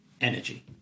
energy